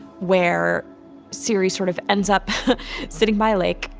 where ciri sort of ends up sitting by a lake,